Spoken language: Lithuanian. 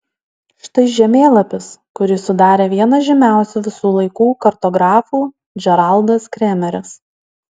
štai žemėlapis kurį sudarė vienas žymiausių visų laikų kartografų džeraldas kremeris